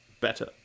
better